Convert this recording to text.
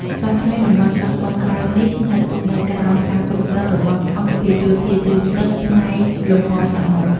សព្វថ្ងៃតំបន់កោះកុងក្រៅនេះស្ថិតនៅក្រោមការគ្រប់គ្រងរបស់អង្គភាពយោធាជើងទឹកផ្នែកលំហសមុទ្រ។